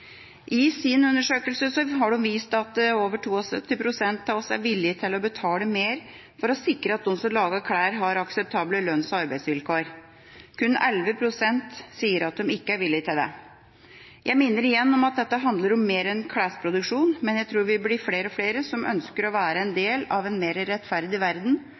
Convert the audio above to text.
I sin undersøkelse har de vist at over 72 pst. av oss er villig til å betale mer for å sikre at de som lager klær, har akseptable lønns- og arbeidsvilkår. Kun 11 pst. sier at de ikke er villig til det. Jeg minner igjen om at dette handler om mer enn klesproduksjon, men jeg tror vi blir flere og flere som ønsker å være en del av en mer rettferdig verden,